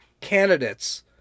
candidates